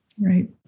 right